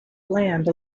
land